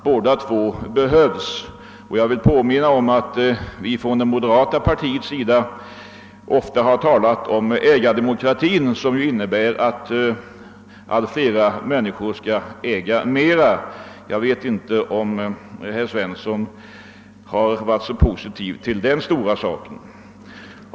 Båda kategorierna behövs, och jag vill påminna om att moderata samlingspartiet ofta talat om ägardemokratin, som ju innebär att allt flera människor skall äga mera. Jag vet inte om herr Svensson har varit så särskilt positiv när det gäller den frågan.